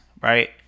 right